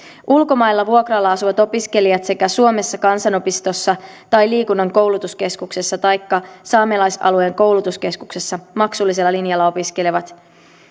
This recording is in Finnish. ulkomailla vuokralla asuvat opiskelijat sekä suomessa kansanopistossa tai liikunnan koulutuskeskuksessa taikka saamelaisalueen koulutuskeskuksessa maksullisella linjalla opiskelevat